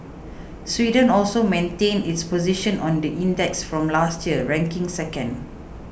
Sweden also maintained its position on the index from last year ranking second